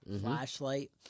flashlight